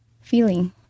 feeling